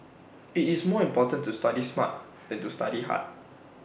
IT is more important to study smart than to study hard